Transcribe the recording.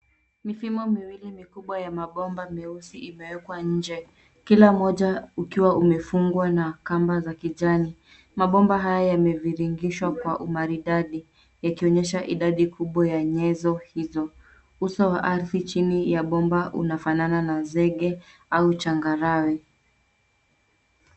Mifimo miwili mikubwa ya mabomba meusi imeekwa nje kila moja ukiwa umefungwa na kamba za kijani. Mabomba haya yameviringishwa kwa umaridadi yakionyesha idadi kubwa ya nyezo hizo. Uso wa ardhi chini ya bomba unafanana na zege au changarawe.